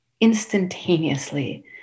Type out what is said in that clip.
instantaneously